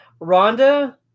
Rhonda